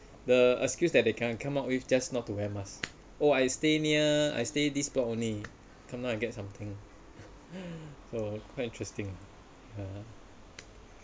the excuse that they can come up with just not to wear masks oh I stay near I stay this block only come out and get something mm so quite interesting (uh huh)